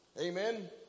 amen